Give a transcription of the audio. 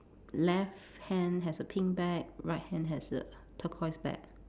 left hand has a pink bag right hand has a turquoise bag